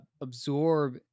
absorb